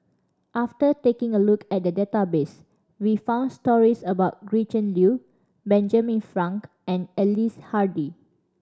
after taking a look at the database we found stories about Gretchen Liu Benjamin Frank and Ellice Handy